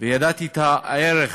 ולמדתי את הערך